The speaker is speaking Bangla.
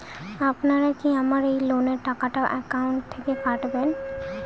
আপনারা কি আমার এই লোনের টাকাটা একাউন্ট থেকে কাটবেন?